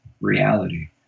reality